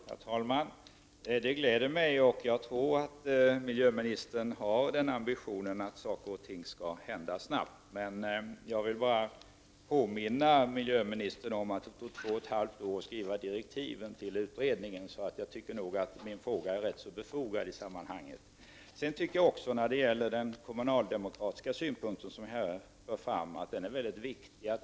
Herr talman! Det gläder mig. Jag tror att miljöministern har den ambitionen att saker och ting skall hända snabbt. Jag vill bara påminna miljöministern om att det tog två och ett halvt år att skriva direktiven till utredningen. Så jag tycker att min fråga är rätt så befogad i detta sammanhang. Jag tycker också att den kommunaldemokratiska synpunkten, som har förts fram här, är väldigt viktig.